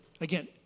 Again